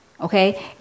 Okay